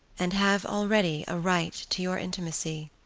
and have already a right to your intimacy